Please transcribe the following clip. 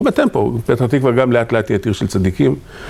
בטמפו, פתח תקווה גם לאט לאט תהיה עיר של צדיקים